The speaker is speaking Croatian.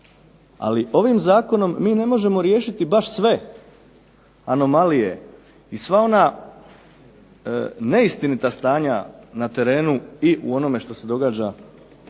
Ali ovim zakonom mi ne možemo riješiti baš sve anomalije i sva ona neistinita stanja na terenu i u onome što se događa